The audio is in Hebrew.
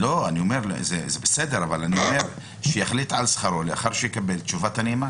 זה בסדר אבל אני אומר שיחליט על שכרו לאחר שיקבל את תשובת הנאמן.